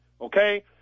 okay